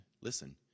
listen